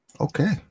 Okay